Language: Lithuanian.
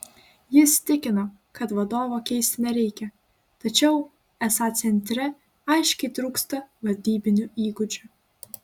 jis tikino kad vadovo keisti nereikia tačiau esą centre aiškiai trūksta vadybinių įgūdžių